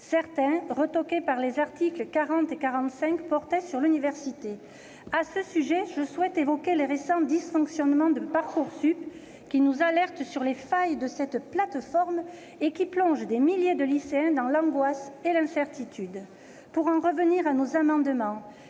Certains, retoqués au titre des articles 40 et 45 de la Constitution, portaient sur l'université. À ce sujet, je souhaite évoquer les récents dysfonctionnements de Parcoursup, qui nous alertent sur les failles de cette plateforme et qui plongent des milliers de lycéens dans l'angoisse et l'incertitude. Pour en revenir à nos amendements,